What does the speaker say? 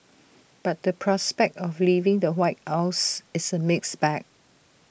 but the prospect of leaving the white house is A mixed bag